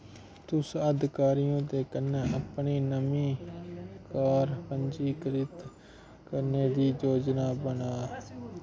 तुस अधिकारियें दे कन्नै अपनी नमीं कार पंजीकृत करने दी योजना बना